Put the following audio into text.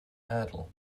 hurdle